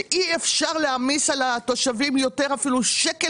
שאי אפשר להעמיס על התושבים יותר אפילו שקל